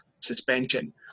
suspension